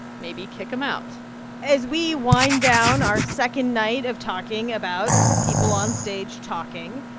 maybe kick them out as we wind down our second night of talking about people on stage talking,